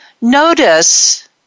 Notice